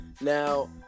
now